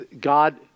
God